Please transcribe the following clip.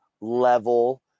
level